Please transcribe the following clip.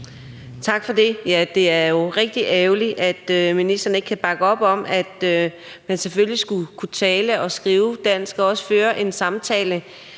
Tak for det. Ja, det er jo rigtig ærgerligt, at ministeren ikke kan bakke op om, at man selvfølgelig skulle kunne tale og skrive dansk og også føre en samtale